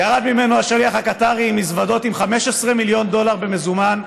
ירד ממנו השליח הקטארי עם מזוודות עם 15 מיליון דולר במזומן,